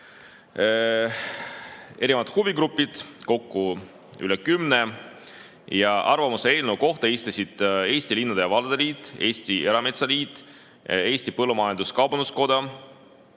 erinevad huvigrupid, kokku üle 10, ja arvamuse eelnõu kohta esitasid Eesti Linnade ja Valdade Liit, Eesti Erametsaliit, Eesti Põllumajandus-Kaubanduskoda,